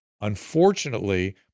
Unfortunately